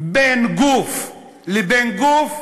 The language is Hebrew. בין גוף לבין גוף,